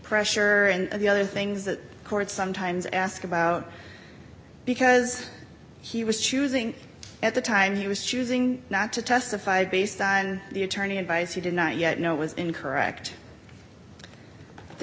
pressure and the other things the court sometimes asked about because he was choosing at the time he was choosing not to testify based on the attorney advice he did not yet know was incorrect the